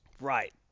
right